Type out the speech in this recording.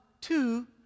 two